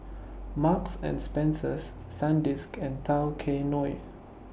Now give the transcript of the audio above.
Marks and Spencer Sandisk and Tao Kae Noi